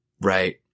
right